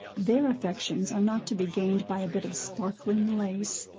their affections are not to be gained by a bit of sparkling lace,